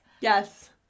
Yes